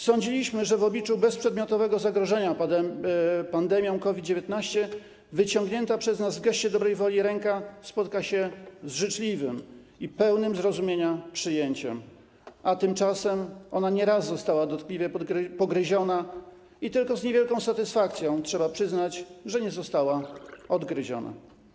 Sądziliśmy, że w obliczu bezprzedmiotowego zagrożenia pandemią COVID-19 wyciągnięta przez nas w geście dobrej woli ręka spotka się z życzliwym i pełnym zrozumienia przyjęciem, a tymczasem ona nie raz została dotkliwie pogryziona, i tylko z niewielką satysfakcją trzeba przyznać, że nie została odgryziona.